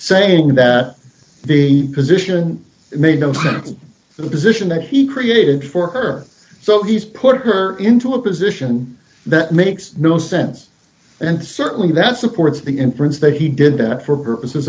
saying that the position made him into the position that he created for her so he's put her into a position that makes no sense and certainly that supports the inference that he did that for purposes